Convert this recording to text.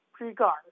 regards